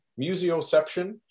Museoception